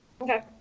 okay